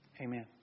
Amen